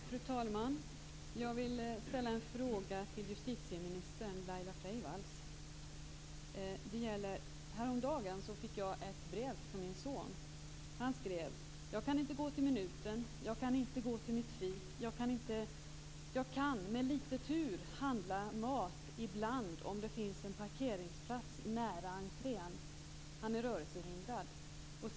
Fru talman! Jag vill ställa en fråga till justitieminister Laila Freivalds. Häromdagen fick jag ett brev från min son. Han skrev: "Jag kan inte gå till Minuten. Jag kan inte gå till mitt fik. Jag kan med lite tur handla mat ibland, om det finns en parkeringsplats nära entrén." Han är rörelsehindrad.